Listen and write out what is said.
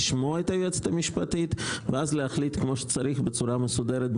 לשמוע את היועצת המשפטית ואז להחליט כמו שצריך בצורה מסודרת.